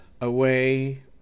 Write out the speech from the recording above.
away